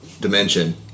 dimension